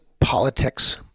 politics